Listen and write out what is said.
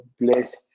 bless